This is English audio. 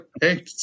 Hey